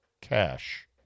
cash